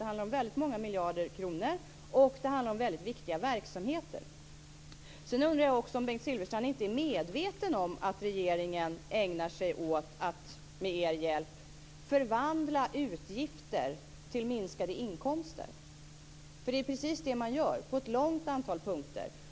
Det handlar om väldigt många miljarder och om mycket viktiga verksamheter. Jag undrar också om Bengt Silfverstrand inte är medveten om att regeringen ägnar sig åt att med er hjälp förvandla utgifter till minskade inkomster. Det är precis det man gör på ett stort antal punkter.